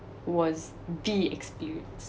was the experience